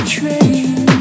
train